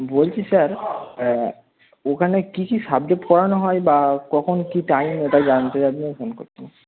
বলছি স্যার ওখানে কী কী সাবজেক্ট পড়ানো হয় বা কখন কী টাইম ওটা জানতে আপনাকে ফোন করছিলাম